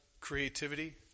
creativity